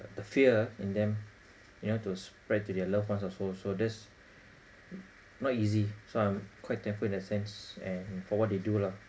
the fear in them you know to spread to their loved ones also so that's not easy so I'm quite thankful in that sense and for what do they do lah